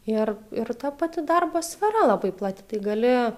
ir ir ta pati darbo sfera labai plati tai gali